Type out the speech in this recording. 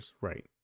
right